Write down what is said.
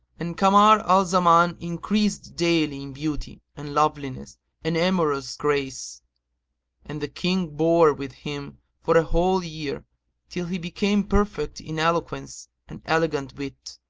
and kamar al-zaman increased daily in beauty and loveliness and amorous grace and the king bore with him for a whole year till he became perfect in eloquence and elegant wit.